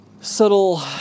subtle